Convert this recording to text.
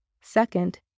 Second